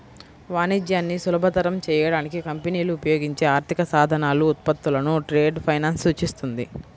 వాణిజ్యాన్ని సులభతరం చేయడానికి కంపెనీలు ఉపయోగించే ఆర్థిక సాధనాలు, ఉత్పత్తులను ట్రేడ్ ఫైనాన్స్ సూచిస్తుంది